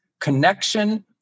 connection